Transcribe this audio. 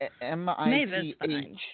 M-I-T-H